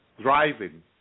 driving